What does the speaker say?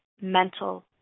mental